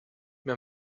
mehr